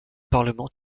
parlement